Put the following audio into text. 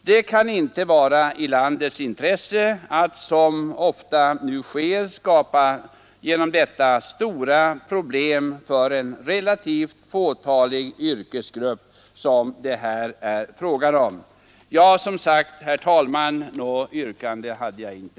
Det kan inte vara i landets intresse att, som ofta nu sker, skapa stora problem för den relativt fåtaliga yrkesgrupp som det här gäller. Jag har som sagt, herr talman, inte något yrkande.